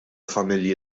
familji